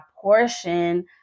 portion